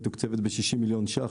היא מתוקצבת ב-60 מיליון שקל,